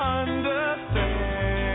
understand